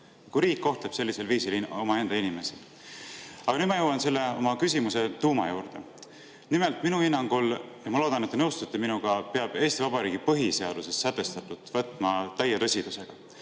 kui riik kohtleb sellisel viisil omaenda inimesi. Aga nüüd ma jõuan oma küsimuse tuuma juurde. Nimelt, minu hinnangul – ja ma loodan, et te nõustute minuga – peab Eesti Vabariigi põhiseaduses sätestatut võtma täie tõsidusega.